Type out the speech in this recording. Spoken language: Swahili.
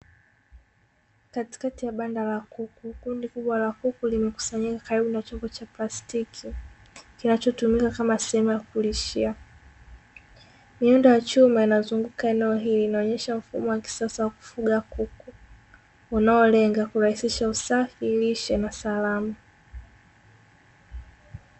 Katikati ya banda la kuku kundi kubwa la kuku limekusanyika karibu na chombo cha plastiki kinachotumika kama sehemu ya kulishia nyundo ya chuma inazunguka eneo hili inaonyesha mfumo wa kisasa wa kufuga kuku unaolenga kurahisisha usafi, lishe na salama.